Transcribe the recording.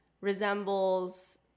resembles